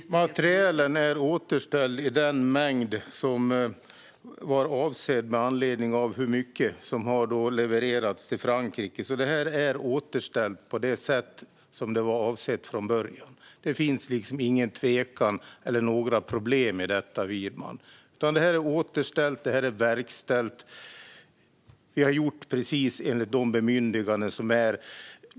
Fru talman! Materielen är återställd i den mängd som var avsedd med anledning av hur mycket som har levererats till Frankrike. Det är alltså återställt på det sätt som var avsett från början. Det finns liksom ingen tvekan eller några problem i detta, Widman. Det är återställt och verkställt helt enligt bemyndigandena.